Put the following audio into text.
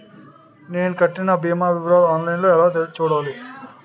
నేను కట్టిన భీమా వివరాలు ఆన్ లైన్ లో ఎలా చూడాలి?